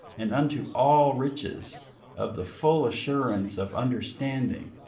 and unto all riches of the full assurance of understanding,